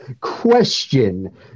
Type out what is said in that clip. Question